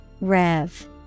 Rev